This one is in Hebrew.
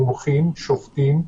מומחים, שופטים.